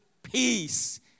Peace